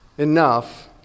Enough